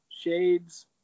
shades